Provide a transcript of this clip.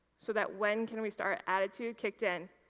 so, that when can we start attitude kicked in.